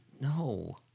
No